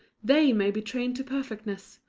they may be trained to perfectness,